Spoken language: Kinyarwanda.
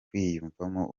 kwiyumvamo